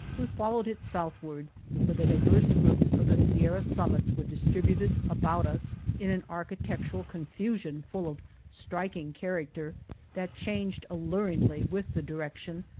we followed it southward where the divers groups of the sierra summits were distributed about us in an architectural con fusion full of striking character that changed alluringly with the direction,